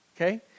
okay